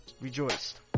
rejoiced